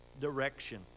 direction